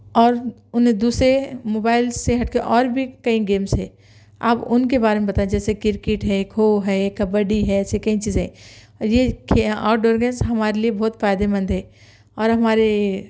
اور اُنہیں دوسرے موبائل سے ہٹ کے اور بھی کئی گیمس ہے اب اُن کے بارے میں بتائیں جیسے کرکٹ ہے کھو ہے کبڈی ہے ایسی کئی چیزیں یہ کھلے آؤٹ ڈور گیمز ہمارے لیے بہت فائدے مند ہے اور ہمارے